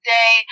day